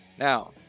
Now